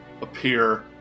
appear